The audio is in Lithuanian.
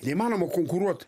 neįmanoma konkuruot